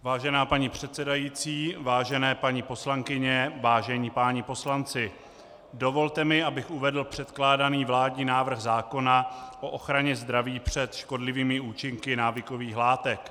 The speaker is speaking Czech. Vážená paní předsedající, vážené paní poslankyně, vážení páni poslanci, dovolte mi, abych uvedl předkládaný vládní návrh zákona o ochraně zdraví před škodlivými účinky návykových látek.